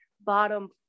bottom